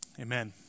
amen